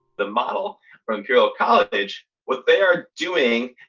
the model for imperial college what they are doing.